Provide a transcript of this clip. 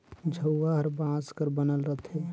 झउहा हर बांस कर बइन रहथे